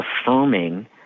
affirming